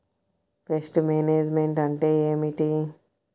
Pest management అంటే ఏమిటి?